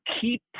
keep